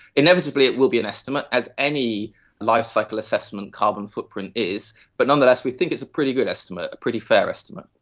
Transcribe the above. inevitably it will be an estimate, as any life cycle assessment carbon footprint is, but nonetheless we think it's a pretty good estimate, a pretty fair estimate.